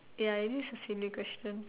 ya it is a silly question